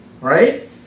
Right